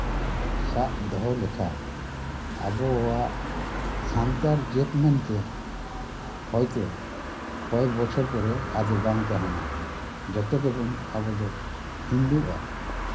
ᱥᱟᱵ ᱫᱚᱦᱚ ᱞᱮᱠᱷᱟᱱ ᱟᱵᱚᱣᱟᱜ ᱥᱟᱱᱛᱟᱲ ᱡᱟᱹᱛ ᱢᱮᱱᱛᱮ ᱦᱚᱭᱛᱳ ᱠᱚᱭᱮᱠ ᱵᱚᱪᱷᱚᱨ ᱯᱚᱨᱮ ᱟᱫᱚ ᱵᱟᱝ ᱛᱟᱦᱮᱱᱟ ᱡᱚᱛᱚ ᱜᱮᱵᱚᱱ ᱟᱵᱚ ᱫᱚ ᱦᱤᱱᱫᱩᱼᱟ